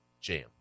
jam